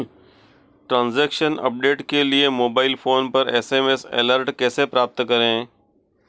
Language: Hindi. ट्रैन्ज़ैक्शन अपडेट के लिए मोबाइल फोन पर एस.एम.एस अलर्ट कैसे प्राप्त करें?